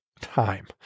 time